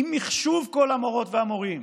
עם מחשוב כל המורות והמורים.